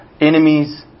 enemies